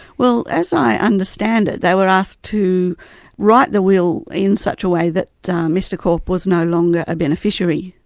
well, as i understand it, they were asked to write the will in such a way that mr korp was no longer a beneficiary,